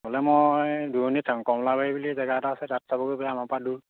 হ'লে মই দূৰণিত চাম কমলাবাৰী বুলি জেগা এটা আছে তাত চাবগৈ পাৰি আমাৰ পৰা দূৰ